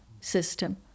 system